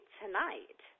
tonight